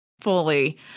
fully